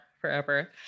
forever